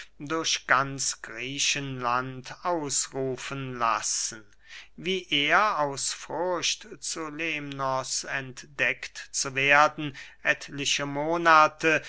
durch ganz griechenland ausrufen lassen wie er aus furcht zu lemnos entdeckt zu werden etliche monate